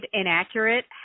inaccurate